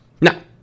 Now